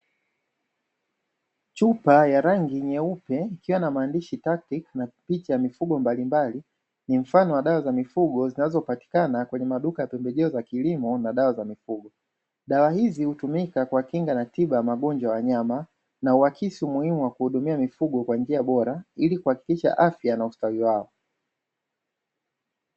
Chupa ya rangi nyeupe ikiwa na maandishi'takitiki' na picha ya mifugo mbalimbali, ni mfano wa dawa za mifugo zinazopatikana kwenye maduka ya pembejeo ya kilimo na dawa za mifugo, dawa hizi hutumika kwa kinga na tiba za magojwa ya wanyama, na huakisi umuhimu wa kuhudumia mifugo kwa njia bora, ili kuhakikisha afya na ustawi wao.